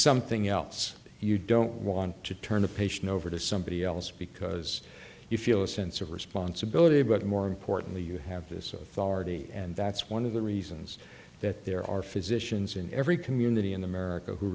something else you don't want to turn a patient over to somebody else because you feel a sense of responsibility but more importantly you have this oath already and that's one of the reasons that there are physicians in every community in america who